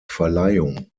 verleihung